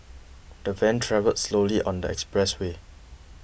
the van travelled slowly on the express way